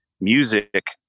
music